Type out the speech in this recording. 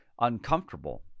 uncomfortable